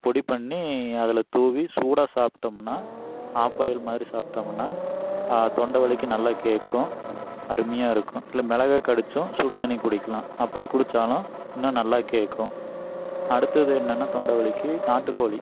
பொடி பண்ணி அதில் தூவி சூடாக சாப்ட்டமுன்ன ஆப்பாயில் மாதிரி சாப்ட்டமுன்ன தொண்டை வலிக்கு நல்லா கேட்கும் அருமையாக இருக்கும் இல்லை மிளக கடிச்சும் சுடி தண்ணி குடிக்கலாம் அப்படி குடித்தாலும் இன்னும் நல்லா கேட்கும் அடுத்தது என்னென்ன தொண்டை வலிக்கு நாட்டுக் கோழி